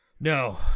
No